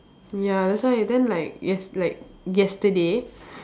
ya that's why then like yes like yesterday